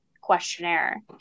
questionnaire